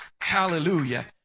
Hallelujah